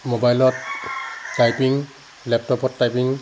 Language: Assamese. মোবাইলত টাইপিং লেপটপত টাইপিং